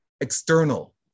external